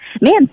man